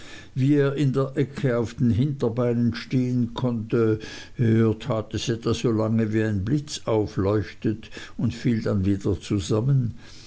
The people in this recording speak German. wie er in einer ecke auf den hinterbeinen stehen konnte er tat es etwa so lange wie ein blitz aufleuchtet und fiel dann wieder zusammen